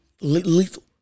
lethal